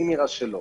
לי נראה שלא.